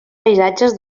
paisatges